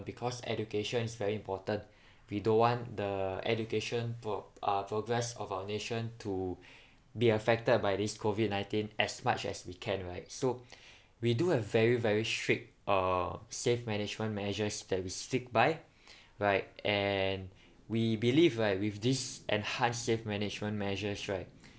because education is very important we don't want the education pro~ uh progress of our nation to be affected by this COVID nineteen as much as we can right so we do have very very strict uh safe management measures that we stick by right and we believe right with this enhanced safe management measures right